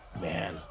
Man